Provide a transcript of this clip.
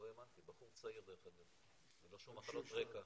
לא האמנתי, בחור צעיר, ללא שום מחלות רקע.